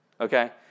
okay